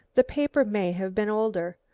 the paper may have been older.